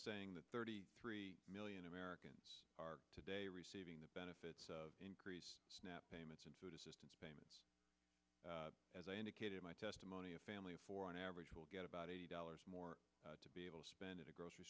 saying that thirty three million americans are today receiving the benefits of increased snap payments in food assistance payments as i indicated in my testimony a family of four on average will get about eighty dollars more to be able to spend in a grocery